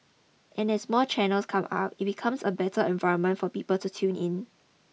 and as more channels come up it becomes a better environment for people to tune in